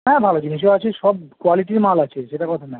হ্যাঁ ভালো জিনিসও আছে সব কোয়ালিটির মাল আছে সেটা কথা নয়